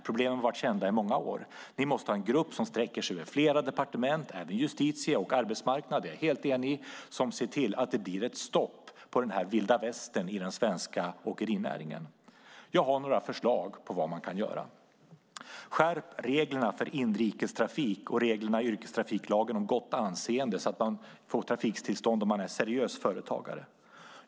Problemen har varit kända i många år. Ni måste ha en grupp som sträcker sig över flera departement, även Justitiedepartementet och Arbetsmarknadsdepartementet - där är jag helt enig - och som ser till att det blir ett stopp på den här vilda västern i den svenska åkerinäringen. Jag har några förslag på vad som kan göras. Skärp reglerna för inrikestrafik och reglerna i yrkestrafiklagen om gott anseende, så att man får trafiktillstånd om man är en seriös företagare!